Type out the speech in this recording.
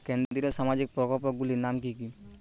কেন্দ্রীয় সামাজিক প্রকল্পগুলি নাম কি কি?